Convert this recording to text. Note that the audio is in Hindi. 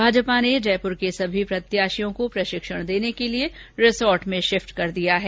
भाजपा ने जयपूर के सभी प्रत्याशियों को प्रशिक्षण देने के लिए रिसोर्ट में शिफ्ट कर दिया है